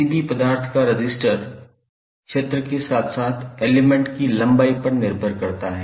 किसी भी पदार्थ का रजिस्टर क्षेत्र के साथ साथ एलिमेंट की लंबाई पर निर्भर करता है